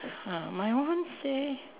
ah my one say